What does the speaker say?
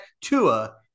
Tua